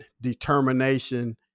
determination